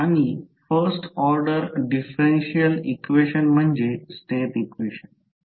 आणि first order differential equation म्हणजे state equation